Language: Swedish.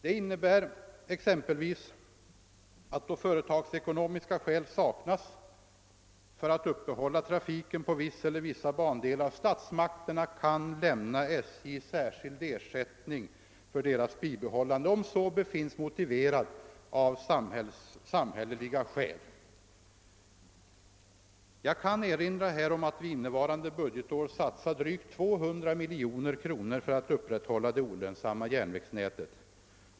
Detta innebär exempelvis att då företagsekonomiska skäl saknas för att uppehålla trafiken på en viss eller vissa bandelar kan statsmakterna lämna SJ särskild ersättning för bandelarnas bibehållande, om så befinnes motiverat av nyssnämnda skäl. Jag kan erinra om att vi innevarande budgetår satsar drygt 200 miljoner kronor för att upprätthålla det olönsamma järnvägsnätet.